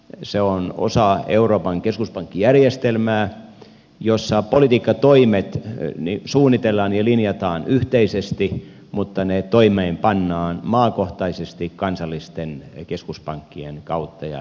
se on osa euroopan keskuspankkijärjestelmää jossa politiikkatoimet suunnitellaan ja linjataan yhteisesti mutta ne toimeenpannaan maakohtaisesti kansallisten keskuspankkien kautta ja toimesta